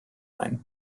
line